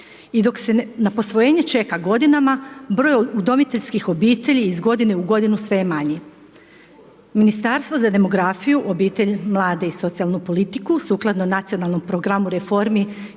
I dok se na posvojene čeka godina, broj udomiteljskih obitelji iz godine u godinu sve je manji. Ministarstvo za demografiju, obitelj, mlade i socijalnu politiku sukladno Nacionalnom programu reformi